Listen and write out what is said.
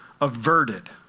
averted